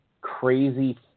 crazy